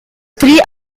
three